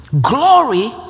Glory